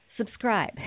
subscribe